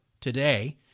today